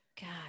God